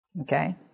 Okay